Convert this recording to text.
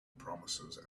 promises